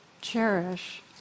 cherish